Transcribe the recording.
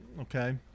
Okay